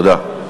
תודה.